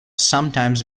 sometimes